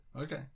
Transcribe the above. Okay